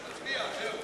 תצביע, זהו.